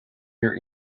your